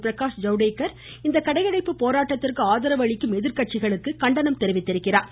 பிரகாஷ் ஜவ்தேக்கர் இந்த கடையடைப்பு போராட்டத்திற்கு ஆதரவு அளிக்கும் எதிர்கட்சிகளுக்கு கண்டனம் தெரிவித்துள்ளார்